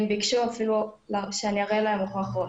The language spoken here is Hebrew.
הם ביקשו אפילו שאני אראה להם הוכחות,